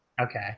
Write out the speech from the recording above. Okay